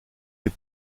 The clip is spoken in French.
les